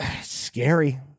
scary